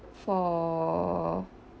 for